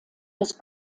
das